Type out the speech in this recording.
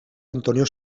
antonio